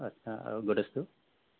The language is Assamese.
আচ্ছা আৰু গদ্ৰেজটো